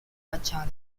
facciata